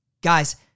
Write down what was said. Guys